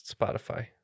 Spotify